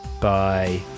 Bye